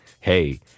Hey